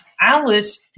Alice